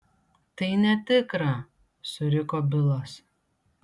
tai netikra suriko bilas